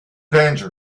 danger